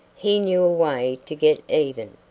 he knew a way to get even.